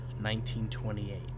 1928